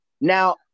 now